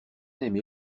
aimé